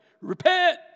Repent